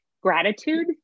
gratitude